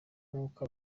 nk’uko